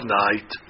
night